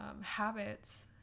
habits